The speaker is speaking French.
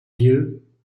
vieux